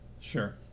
Sure